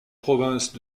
provinces